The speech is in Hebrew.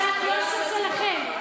אני אהיה מליצת יושר שלכם,